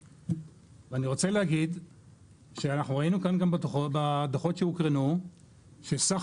רוצה להגיד שאנחנו ראינו כאן גם בדוחות שהוקרנו שסך